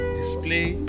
display